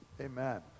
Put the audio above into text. Amen